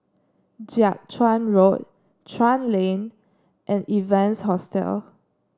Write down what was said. Jiak Chuan Road Chuan Lane and Evans Hostel